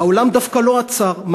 העולם דווקא לא עצר.